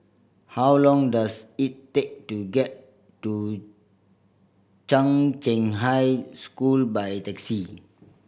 how long does it take to get to Chung Cheng High School by taxi